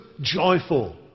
joyful